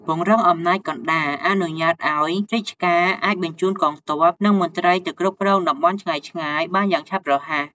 ពង្រឹងអំណាចកណ្ដាល អនុញ្ញាតឲ្យរាជការអាចបញ្ជូនកងទ័ព និងមន្ត្រីទៅគ្រប់គ្រងតំបន់ឆ្ងាយៗបានយ៉ាងឆាប់រហ័ស។